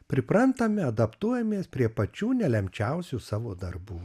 priprantame adaptuojamės prie pačių nelemčiausių savo darbų